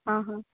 ହଁ ହଁ